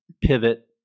pivot